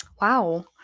wow